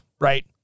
right